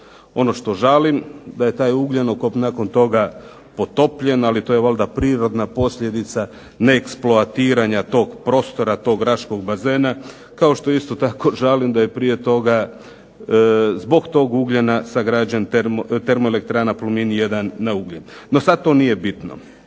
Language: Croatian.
Ono što žalim da je taj ugljen nakon toga potopljen ali to je valjda prirodna posljedica neeksploatiranja tog prostora tog Raškog bazena, kao što isto tako želim da je prije toga zbog tog ugljena izgrađena termoelektrana Plomin 1. na ugljen. NO, to sada nije bitno.